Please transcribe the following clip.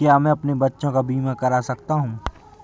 क्या मैं अपने बच्चों का बीमा करा सकता हूँ?